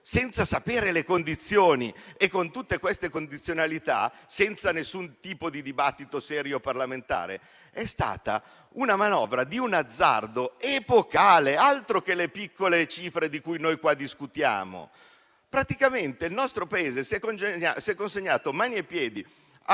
senza conoscere le condizioni e con tutte queste condizionalità, senza nessun tipo di dibattito parlamentare serio, è stato un azzardo epocale. Altro che le piccole cifre di cui discutiamo: praticamente il nostro Paese si è consegnato mani e piedi